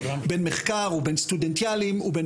בין מחקר ובין סטודנטיאלים ובין